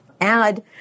add